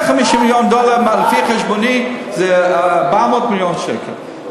150 מיליון דולר, לפי חשבוני, זה 400 מיליון שקל.